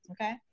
Okay